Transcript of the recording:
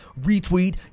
retweet